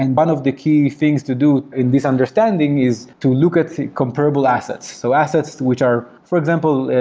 and but of the key things to do in this understanding is to look at comparable assets, so assets which are for example,